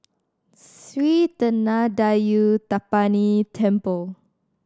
Sri Thendayuthapani Temple